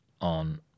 on